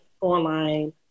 online